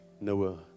Noah